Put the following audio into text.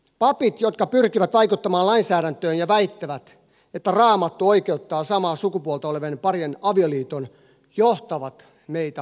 papit jotka pyrkivät vaikuttamaan lainsäädäntöön ja väittävät että raamattu oikeuttaa samaa sukupuolta olevien parien avioliiton johtavat meitä harhaan